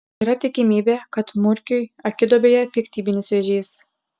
yra tikimybė kad murkiui akiduobėje piktybinis vėžys